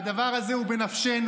הדבר הזה הוא בנפשנו,